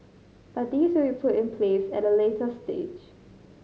but these will be put in place at a later stage